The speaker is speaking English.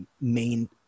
main